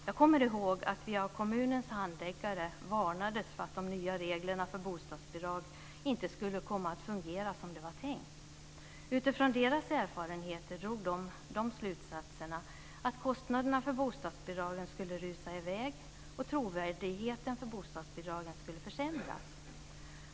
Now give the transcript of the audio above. Jag kommer ihåg att vi av kommunens handläggare varnades för att de nya reglerna för bostadsbidrag inte skulle komma att fungera som det var tänkt. Utifrån sina erfarenheter drog de slutsatsen att kostnaderna för bostadsbidragen skulle rusa i väg och att trovärdigheten för bostadsbidragen skulle försämras.